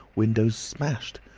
windows smashed.